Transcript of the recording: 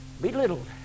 belittled